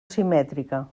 simètrica